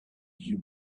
you